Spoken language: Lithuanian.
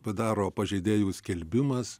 bdaro pažeidėjų skelbimas